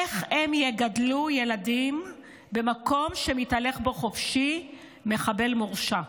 איך הם יגדלו ילדים במקום שמתהלך בו חופשי מחבל מורשע?